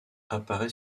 apparaît